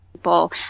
people